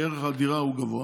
כי ערך הדירה הוא גבוה,